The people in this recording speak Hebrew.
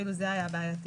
אפילו זה היה בעייתי.